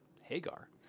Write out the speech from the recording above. Hagar